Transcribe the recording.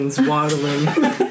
waddling